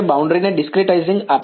boundary નું discretising સાચું